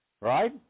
Right